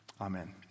Amen